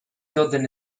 tilden